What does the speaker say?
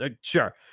sure